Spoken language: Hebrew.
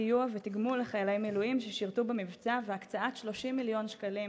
סיוע ותגמול לחיילי מילואים ששירתו במבצע והקצאת 30 מיליון שקלים